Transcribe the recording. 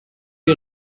you